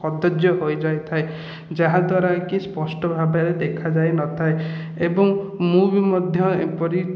କଦର୍ଯ୍ୟ ହୋଇଯାଇଥାଏ ଯାହାଦ୍ଵାରା କି ସ୍ପଷ୍ଟ ଭାବରେ ଦେଖାଯାଇନଥାଏ ଏବଂ ମୁଁ ବି ମଧ୍ୟ ଏପରି